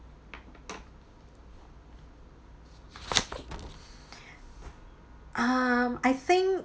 um I think